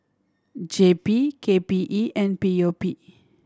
J P K P E and P O P